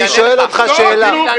אני שואל אותך שאלה.